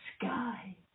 sky